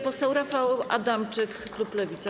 Poseł Rafał Adamczyk, klub Lewica.